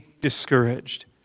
discouraged